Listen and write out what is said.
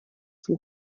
zum